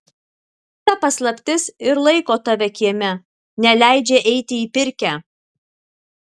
ta paslaptis ir laiko tave kieme neleidžia eiti į pirkią